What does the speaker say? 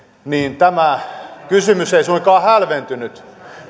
että tämä kysymys ei suinkaan hälventynyt